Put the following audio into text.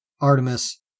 Artemis